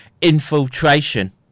infiltration